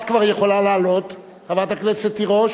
את כבר יכולה לעלות, חברת הכנסת תירוש,